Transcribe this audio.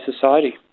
society